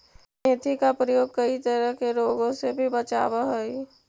मेथी का प्रयोग कई तरह के रोगों से भी बचावअ हई